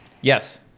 yes